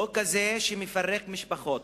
החוק הזה, שמפרק משפחות